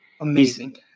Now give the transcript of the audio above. Amazing